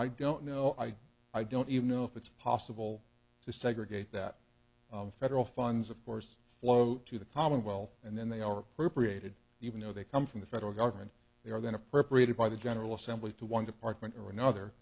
i don't know i i don't even know if it's possible to segregate that federal funds of course float to the commonwealth and then they are appropriated even though they come from the federal government they are then appropriated by the general assembly to one department or another